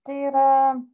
tai yra